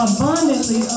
Abundantly